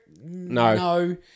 No